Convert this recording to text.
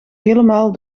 helemaal